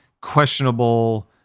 questionable